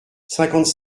cinquante